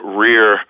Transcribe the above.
rear